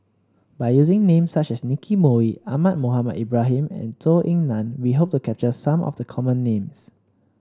by using names such as Nicky Moey Ahmad Mohamed Ibrahim and Zhou Ying Nan we hope to capture some of the common names